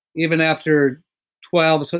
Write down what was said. even after twelve, so